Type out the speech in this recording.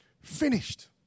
finished